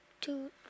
two